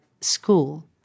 school